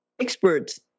experts